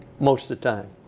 most of the time.